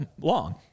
long